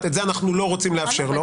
נכון.